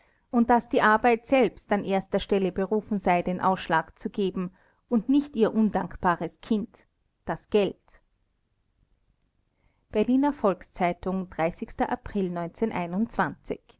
und daß die arbeit selbst an erster stelle berufen sei den ausschlag zu geben und nicht ihr undankbares kind das geld berliner volks-zeitung april